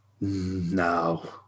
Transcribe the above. No